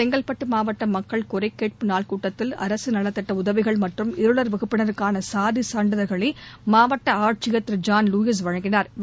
செங்கல்டட்டு மாவட்ட மக்கள் குறைக்கேட்பு நாள் கூட்டத்தில் அரசு நலத்திட்ட உதவிகள் மற்றும் இருளா் வகுப்பினருக்கான சாதி சான்றிதழ்களை மாவட்ட ஆட்சியா் திரு ஜான் லூயிஸ் வழங்கினாா்